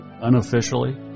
unofficially